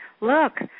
look